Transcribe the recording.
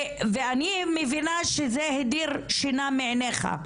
ואני מבינה שזה הדיר שינה מעיניך.